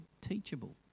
teachable